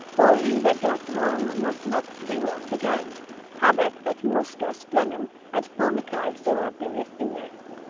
for he that doth wrong must look to be wronged again habet et musca splenem, et formicae sua bills inest.